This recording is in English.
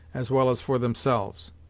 as well as for themselves.